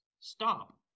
Stop